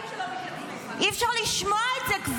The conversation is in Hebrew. כבר אי-אפשר לשמוע את זה.